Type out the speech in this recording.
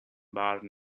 burn